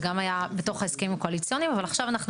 זה גם היה בהסכמים הקואליציוניים ועכשיו אנחנו